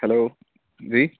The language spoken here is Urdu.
ہیلو جی